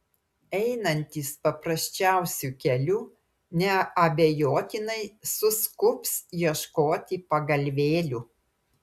einantys paprasčiausiu keliu neabejotinai suskubs ieškoti pagalvėlių